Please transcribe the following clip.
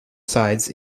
sides